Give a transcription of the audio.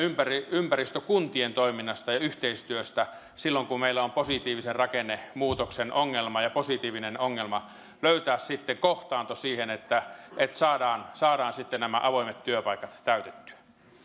ympäristökuntien toiminnasta ja yhteistyöstä silloin kun meillä on positiivisen rakennemuutoksen ongelma ja positiivinen ongelma löytää kohtaanto siihen että että saadaan saadaan nämä avoimet työpaikat täytettyä